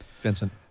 Vincent